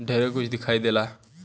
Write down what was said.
ढेरे कुछ दिखाई देला